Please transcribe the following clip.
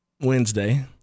Wednesday